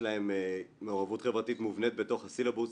להם מעורבות חברתית מובנית בתוך הסילבוס,